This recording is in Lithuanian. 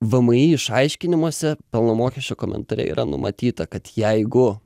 vmi išaiškinimuose pelno mokesčio komentare yra numatyta kad jeigu